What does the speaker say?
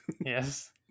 Yes